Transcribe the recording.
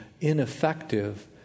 ineffective